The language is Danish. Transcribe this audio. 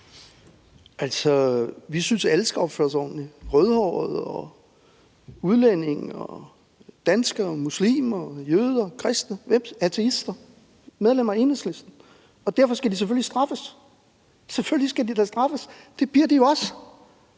Altså, vi synes, at alle skal opføre sig ordentligt: rødhårede, udlændinge, danskere, muslimer, jøder, kristne, ateister, medlemmer af Enhedslisten osv. Og derfor skal de selvfølgelig straffes. Selvfølgelig skal de da straffes, men det bliver de jo også,